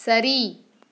சரி